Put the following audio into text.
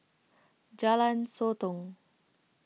Jalan Sotong